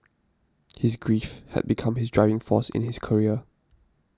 his grief had become his driving force in his career